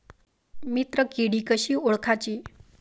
मित्र किडी कशी ओळखाची?